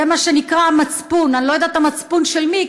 מה שנקרא "המצפון" אני לא יודעת המצפון של מי,